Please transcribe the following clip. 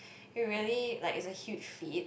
you really like it's a huge feat